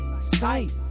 Sight